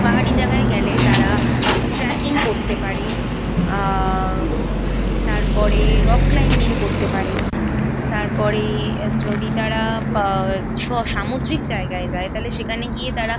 পাহাড়ি জায়গায় গেলে তারা ট্রেকিং করতে পারে তার পরে রক ক্লাইম্বিং করতে পারে তার পরে যদি তারা পা স সামুদ্রিক জায়গায় যায় তাহলে সেখানে গিয়ে তারা